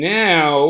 now